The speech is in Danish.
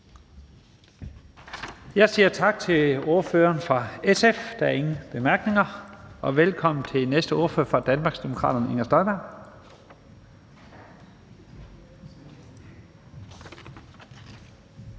Jeg siger tak til ordføreren for SF – der er ingen korte bemærkninger. Og velkommen til den næste ordfører, som er fra Danmarksdemokraterne. Fru Inger Støjberg.